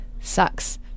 sucks